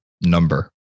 number